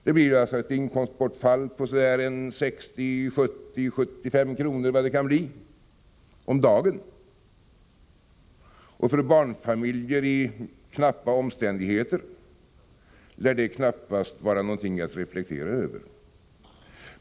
Det blir alltså ett inkomstbortfall på 60-70-75 kr. om dagen, och för barnfamiljer i knappa omständigheter lär detta inte vara någonting att reflektera över.